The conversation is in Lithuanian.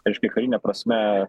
reiškia karine prasme